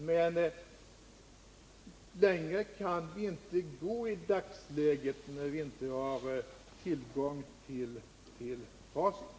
Men längre kan vi inte gå i dagsläget, när vi inte har tillgång till facit.